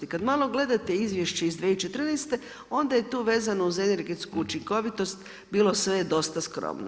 I kada malo gledate izvješće iz 2014. onda je to vezano uz energetsku učinkovitost bilo sve dosta skromno.